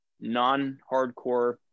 non-hardcore